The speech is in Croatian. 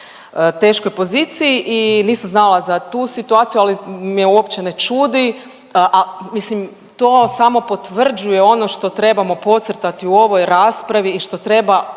teškoj poziciji i nisam znala za tu situaciju, ali me uopće ne čudi, mislim to samo potvrđuje ono što trebamo podcrtati u ovoj raspravi i što treba otići